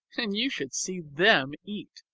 and you should see them eat.